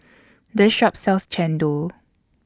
This Shop sells Chendol